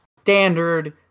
standard